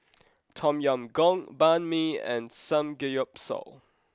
Tom Yam Goong Banh Mi and Samgeyopsal